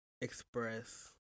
express